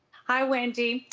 hi wendy.